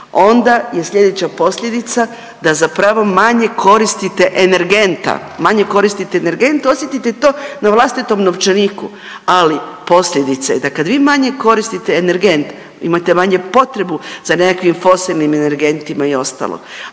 onda je sljedeća posljedica da zapravo manje koristite energenta, manje koristite energent osjetite to na vlastitom novčaniku, ali posljedice da kad vi manje koristite energent imate manje potrebu za nekakvim fosilnim energentima i ostalo.